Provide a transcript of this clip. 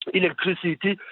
electricity